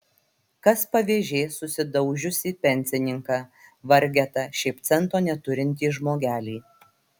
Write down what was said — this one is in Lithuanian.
kas pavėžės susidaužiusį pensininką vargetą šiaip cento neturintį žmogelį